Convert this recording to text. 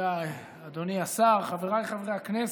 אדוני השר, חבריי חברי הכנסת,